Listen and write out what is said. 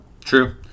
True